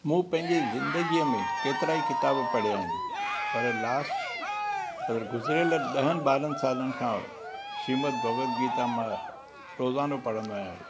मूं पंहिंजे ज़िंदगीअ में केतिरा ई क़िताब पढ़िया आहिनि पर लास्ट पर ग़ुजिरियल ॾहनि ॿारहनि सालनि खां श्रीमद भॻवत गीता मां रोज़ानो पढ़ंदो आहियां